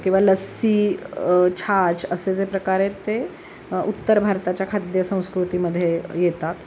किंवा लस्सी छाछ असे जे प्रकार आहेत ते उत्तर भारताच्या खाद्यसंस्कृतीमध्ये येतात